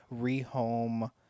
rehome